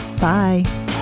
Bye